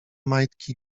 majtki